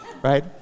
Right